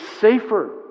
safer